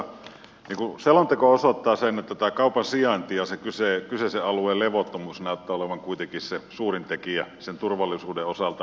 niin kuin selonteko osoittaa kaupan sijainti ja sen kyseisen alueen levottomuus näyttää olevan kuitenkin se suurin tekijä turvallisuuden osalta